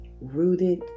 rooted